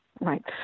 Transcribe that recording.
Right